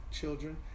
children